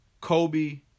Kobe